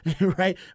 right